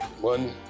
One